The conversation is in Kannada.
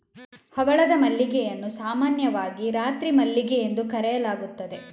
ಹವಳದ ಮಲ್ಲಿಗೆಯನ್ನು ಸಾಮಾನ್ಯವಾಗಿ ರಾತ್ರಿ ಮಲ್ಲಿಗೆ ಎಂದು ಕರೆಯಲಾಗುತ್ತದೆ